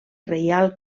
reial